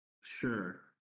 Sure